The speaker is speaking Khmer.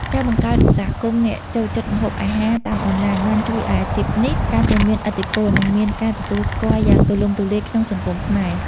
ការបង្កើតសហគមន៍អ្នកចូលចិត្តម្ហូបអាហារតាមអនឡាញ បានជួយឱ្យអាជីពនេះកាន់តែមានឥទ្ធិពល និងមានការទទួលស្គាល់យ៉ាងទូលំទូលាយក្នុងសង្គមខ្មែរ។